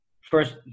first